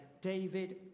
David